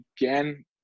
again